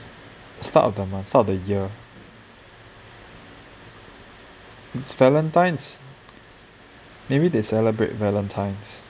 start of the month start of the year it's valentines maybe they celebrate valentines